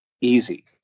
easy